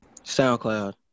SoundCloud